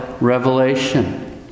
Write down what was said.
revelation